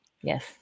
Yes